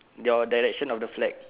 your direction of the flag